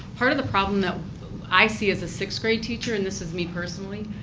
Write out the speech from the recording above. part of the problem that i see as a sixth-grade teacher, and this is me personally.